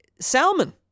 Salman